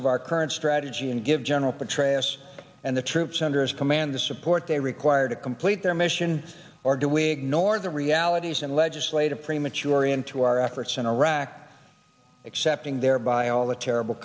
of our current strategy and give general petraeus and the troops under his command the support they require to complete their mission or do we ignore the realities and legislative pre mature into our efforts in iraq accepting thereby all the terrible